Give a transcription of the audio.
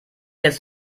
jetzt